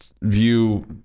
view